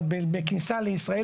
אבל בכניסה לישראל,